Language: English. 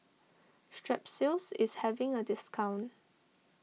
Strepsils is having a discount